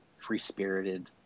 Free-spirited